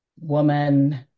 woman